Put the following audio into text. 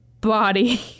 body